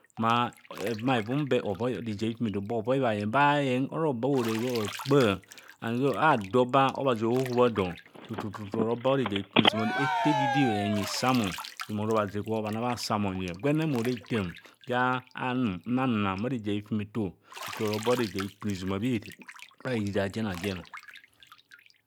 Mma hevunaavum be hovoi reje a hifumeto be ovoi baayeng baa bhayezig ora ora ba horaibho bhakpa bhadiba obhazi ohohoo do tu tu oba reje a hikpunizuna bha eriri a jen a jen.